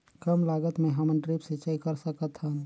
कम लागत मे हमन ड्रिप सिंचाई कर सकत हन?